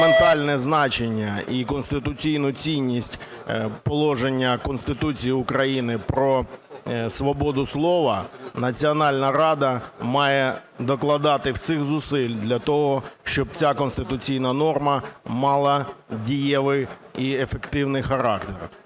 фундаментальне значення і конституційну цінність положення Конституції України про свободу слова, Національна рада має докладати всіх зусиль для того, щоб ця конституційна норма мала дієвий і ефективний характер.